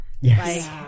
Yes